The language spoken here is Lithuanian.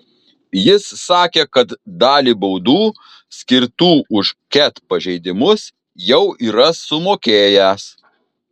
jis sakė kad dalį baudų skirtų už ket pažeidimus jau yra sumokėjęs